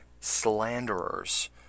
slanderers